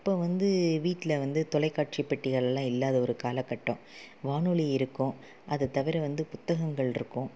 அப்போ வந்து வீட்டில் வந்து தொலைக்காட்சி பெட்டிகள்லாம் இல்லாத ஒரு காலக்கட்டம் வானொலி இருக்கும் அதைத்தவிர வந்து புத்தகங்கள் இருக்கும்